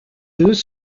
deux